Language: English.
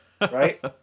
right